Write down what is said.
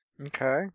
Okay